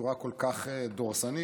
בצורה כל כך דורסנית,